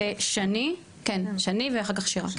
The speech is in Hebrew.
לשני כן שני ואחר כך שירה.